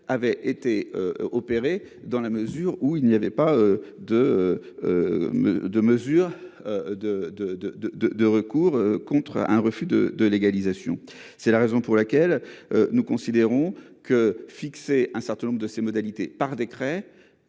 avait pas de. De mesures. De de de de de de recours contre un refus de de légalisation. C'est la raison pour laquelle nous considérons que fixer un certain nombre de ses modalités, par décret